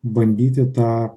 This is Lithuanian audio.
bandyti tą